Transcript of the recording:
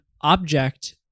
object